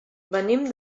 venim